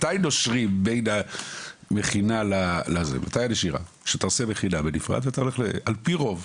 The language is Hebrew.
מתי נושרים, מתי הנשירה על פי רוב.